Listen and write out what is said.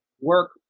work